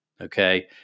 Okay